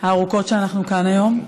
הארוכות שבהן אנחנו כאן היום,